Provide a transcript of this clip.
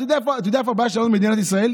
אתה יודע איפה הבעיה שלנו, מדינת ישראל?